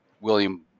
William